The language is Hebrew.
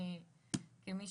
כמי